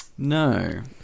No